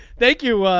thank you.